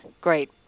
great